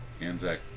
Anzac